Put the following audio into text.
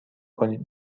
کنید